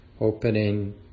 opening